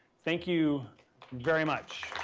thank you very much.